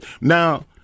Now